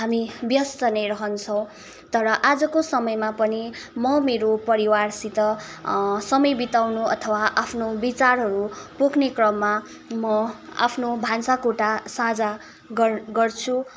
हामी व्यस्त नै रहन्छौँ तर आजको समयमा पनि म मेरो परिवारसित समय बिताउनु अथवा आफ्नो विचारहरू पोख्ने क्रममा म आफ्नो भान्साकोठा साझा गर् गर्छु